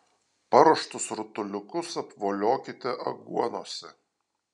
paruoštus rutuliukus apvoliokite aguonose